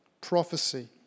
prophecy